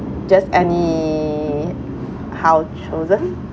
just anyhow chosen